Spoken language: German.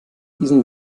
diesen